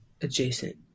adjacent